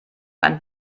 ein